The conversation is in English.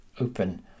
open